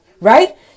right